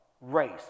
race